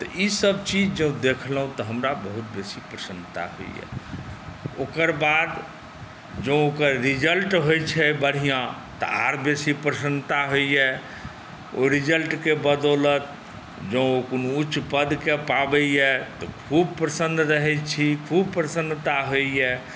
तऽ ईसब चीज जँ देखलहुँ तऽ हमरा बहुत बेसी प्रसन्नता होइए ओकरबाद जँ ओकर रिजल्ट होइ छै बढ़िआँ तऽ आओर बेसी प्रसन्नता होइए ओहि रिजल्टके बदौलत जँ ओ कोनो उच्च पदके पाबैए तऽ खूब प्रसन्न रहै छी खूब प्रसन्नता होइए